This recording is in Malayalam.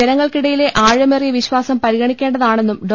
ജനങ്ങൾക്കിടയിലെ ആഴമേറിയ വിശ്വാസം പരിഗ ണിക്കേണ്ടതാണെന്നും ഡോ